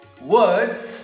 words